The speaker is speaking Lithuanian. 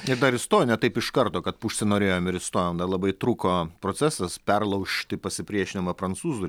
ir dar įstojo ne taip iš karto kad užsinorėjom ir įstojom labai truko procesas perlaužti pasipriešinimą prancūzų